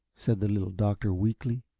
said the little doctor, weakly.